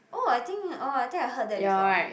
oh I think oh I think I heard that before